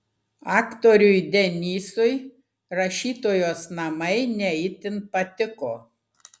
aktoriui denysui rašytojos namai ne itin patiko